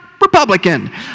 Republican